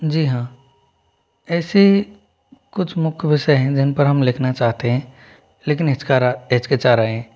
जी हाँ ऐसी कुछ मुख्य विषय हैं जिन पर हम लिखना चाहते हैं लेकिन हिच्कारा हिचकिचा रहे हैं